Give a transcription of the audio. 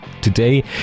Today